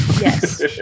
Yes